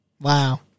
Wow